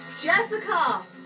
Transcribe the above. Jessica